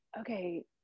okay